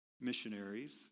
missionaries